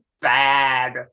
bad